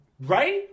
right